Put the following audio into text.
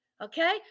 Okay